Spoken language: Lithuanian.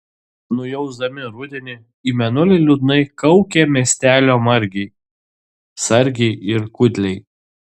nujausdami rudenį į mėnulį liūdnai kaukė miestelio margiai sargiai ir kudliai